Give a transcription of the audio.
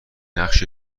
نقش